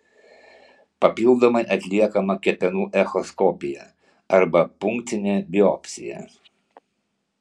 papildomai atliekama kepenų echoskopija arba punkcinė biopsija